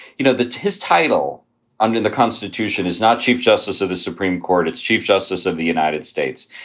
you know, the tiz title under the constitution is not chief justice of the supreme court. it's chief justice of the united states.